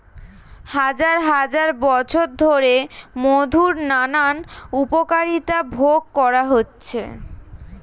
হাজার হাজার বছর ধরে মধুর নানান উপকারিতা ভোগ করা হচ্ছে